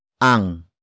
ang